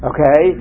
Okay